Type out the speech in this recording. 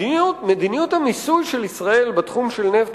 מדיניות המיסוי של ישראל בתחום של נפט